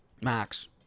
Max